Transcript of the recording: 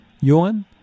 yuan